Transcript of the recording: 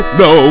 no